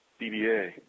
DBA